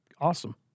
awesome